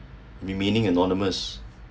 remaining anonymous